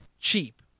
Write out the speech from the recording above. cheap